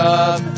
up